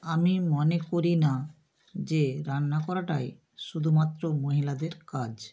আমি মনে করি না যে রান্না করাটাই শুধুমাত্র মহিলাদের কাজ